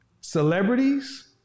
celebrities